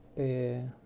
a